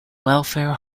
welfare